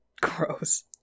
Gross